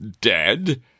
Dead